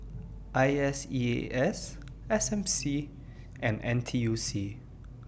I S E A S S M C and N T U C